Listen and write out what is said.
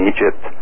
Egypt